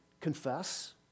confess